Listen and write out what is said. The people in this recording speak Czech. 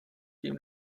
tím